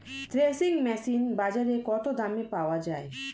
Threshing machine বাজারে কত দামে পাওয়া যায়?